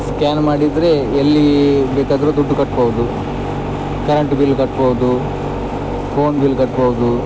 scan ಮಾಡಿದರೆ ಎಲ್ಲಿ ಬೇಕಾದರು ದುಡ್ಡು ಕಟ್ಬೋದು ಕರೆಂಟ್ ಬಿಲ್ ಕಟ್ಬೋದು ಫೋನ್ ಬಿಲ್ ಕಟ್ಬೋದು